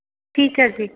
ਠੀਕ ਹੈ ਜੀ